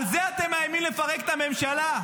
על זה אתם מאיימים לפרק את הממשלה.